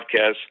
podcast